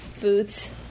boots